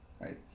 Right